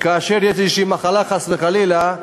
כאשר יש איזושהי מחלה, חס וחלילה,